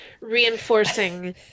reinforcing